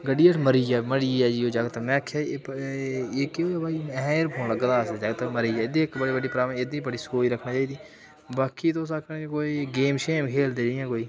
गड्डी हेठ मरी आ मरी आ जी ओह् जागत् में आक्खेआ जी एह् केह् होआ भाई ऐहें एह् ईयरफोन लग्गे दा इस जागत गी मरी आ भाई एह्दी बड़ी सोच रक्खना चाहिदी बाकी तुस आखने कोई गेम खेल्लदे जियां कोई